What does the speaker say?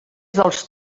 dels